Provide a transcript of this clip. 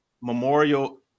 Memorial